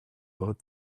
pose